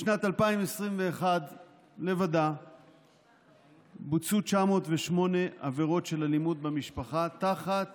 בשנת 2021 לבדה בוצעו 908 עבירות של אלימות במשפחה תחת